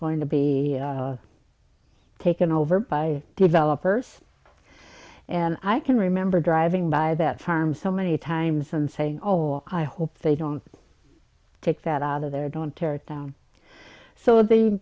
going to be taken over by developers and i can remember driving by that farm so many times and say oh i hope they don't take that out of there don't tear it down so the